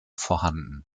vorhanden